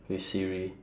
with siri